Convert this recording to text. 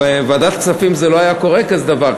בוועדת כספים זה לא היה קורה כזה דבר,